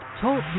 Talk